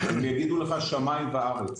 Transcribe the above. הם יגידו לך, שמיים וארץ.